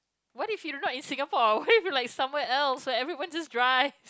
why did she rode in Singapore what if you like somewhere else where everyone just drives